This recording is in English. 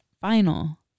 final